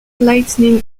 lightning